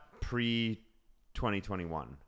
pre-2021